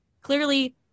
clearly